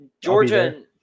georgia